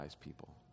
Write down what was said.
people